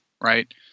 right